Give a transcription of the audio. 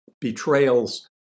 betrayals